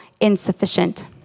insufficient